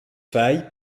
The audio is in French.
failles